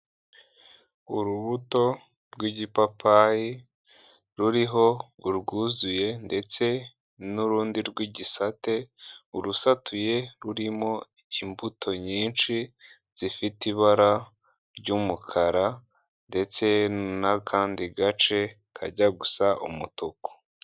Urubuto rw'igipapayi, ruriho urwuzuye ndetse n'urundi rw'igisate, urusatuye rurimo imbuto nyinshi zifite ibara ry'umukara, ndetse n'akandi gace kajya gusa umutuku.